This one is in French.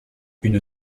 une